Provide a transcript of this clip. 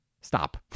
Stop